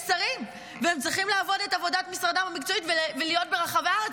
יש שרים והם צריכים לעבוד את עבודת משרדם המקצועית ולהיות ברחבי הארץ.